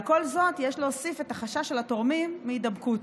על כל זאת יש להוסיף את החשש של התורמים מהידבקות.